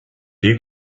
you